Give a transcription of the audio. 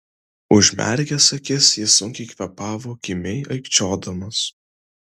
užmerkęs akis jis sunkiai kvėpavo kimiai aikčiodamas